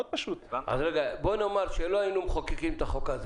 בוא נאמר שלא היינו מחוקקים את החוק הזה